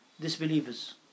disbelievers